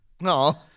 No